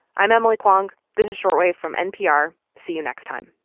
i'm emily kwong. this is short wave from npr. see you next time